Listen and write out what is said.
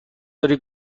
داری